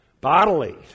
bodily